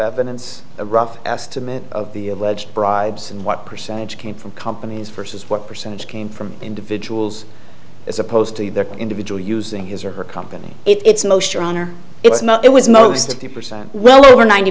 evidence a rough estimate of the alleged bribes and what percentage came from companies versus what percentage came from individuals as opposed to the individual using his or her company it's most your honor it's not it was most of the percent well over ninety